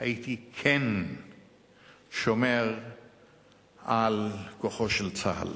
הייתי כן שומר על כוחו של צה"ל.